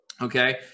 okay